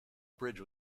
bridge